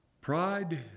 Pride